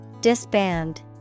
Disband